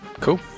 Cool